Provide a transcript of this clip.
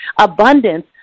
Abundance